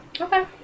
Okay